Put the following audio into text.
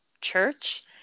church